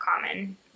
common